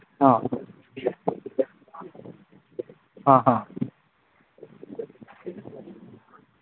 ꯑꯥ ꯑꯥ ꯑꯥ